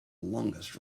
longest